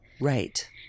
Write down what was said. Right